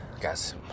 Guys